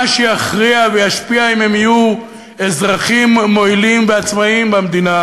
מה שיכריע וישפיע אם הם יהיו אזרחים מועילים ועצמאים במדינה